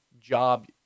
job